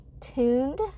tuned